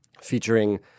featuring